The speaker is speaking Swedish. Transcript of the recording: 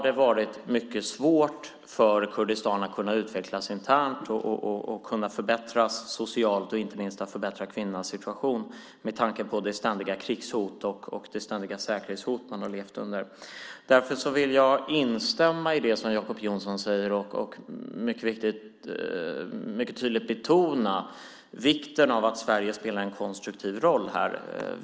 De har ett mycket stort tryck på sig från arabiska Irak, från shiitiska persiska Iran, från Syrien och inte minst från Turkiet. De lever under ständiga krigshot och säkerhetshot. Därför vill jag instämma i det som Jacob Johnson säger och mycket tydligt betona vikten av att Sverige spelar en konstruktiv roll här.